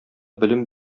белем